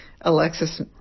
Alexis